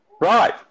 Right